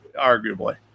arguably